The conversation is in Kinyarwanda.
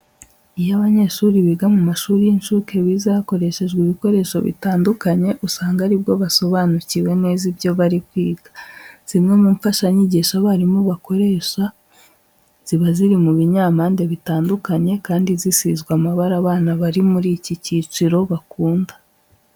Iyo abanyeshuri biga mu mashuri y'incuke bize hakoreshejwe ibikoresho bitandukanye, usanga ari bwo basobanukiwe ibyo bari kwiga. Zimwe mu mfashanyigisho abarimu bakoresha ziba ziri mu binyampande bitandukanye kandi zisizwe amabara abana bari muri iki cyiciro bakunda.